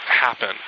happen